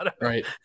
Right